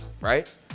right